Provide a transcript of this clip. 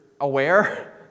aware